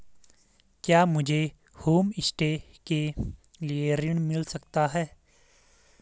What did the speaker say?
क्या मुझे होमस्टे के लिए ऋण मिल सकता है?